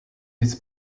its